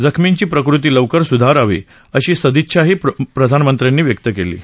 जखमीची प्रकृती लवकर सुधारावी अशी सदिच्छाही प्रधानमंत्र्यांनी व्यक्त केली आहे